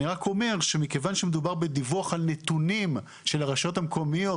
אני רק אומר שמכיוון שמדובר בדיווח על נתונים של הרשויות המקומיות,